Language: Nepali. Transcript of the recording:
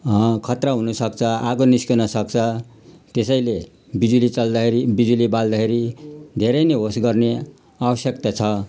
खतरा हुनु सक्छ आगो निस्कन सक्छ त्यसैले बिजुली चल्दाखेरि बिजुली बाल्दाखेरि धेरै नै होस् गर्ने आवश्यकता छ